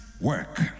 work